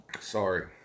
sorry